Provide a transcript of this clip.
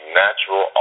natural